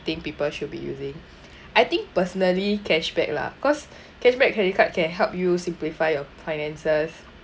think people should be using I think personally cash back lah cause cash-back credit card can help you simplify your finances